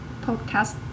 Podcast